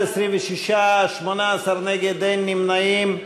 25 נגד, אין נמנעים.